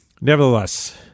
Nevertheless